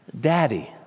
Daddy